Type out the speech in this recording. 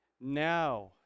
now